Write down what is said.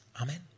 Amen